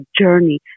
journey